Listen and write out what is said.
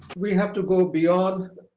we have to go beyond